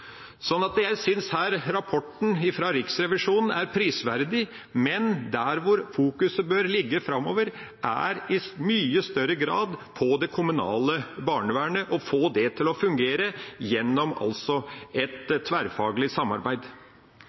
rapporten fra Riksrevisjonen er prisverdig. Men det vi framover bør fokusere på, er i mye større grad det kommunale barnevernet, og å få det til å fungere gjennom et tverrfaglig samarbeid.